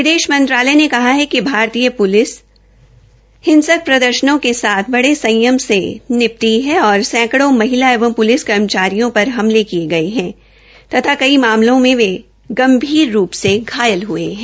विदेश मंत्रालय ने कहा कि भारतीय प्लिस बल हिसंक प्रदर्शनों के साथ् बड़े संयम से निपटा है और सैकड़ों महिलाओं एवं पुलिस कर्मचारियों पर हमले किये गये है तथा कई मामलों में वे गंभीर रूप से घायल हये है